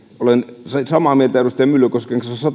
olen sataprosenttisesti samaa mieltä edustaja myllykosken kanssa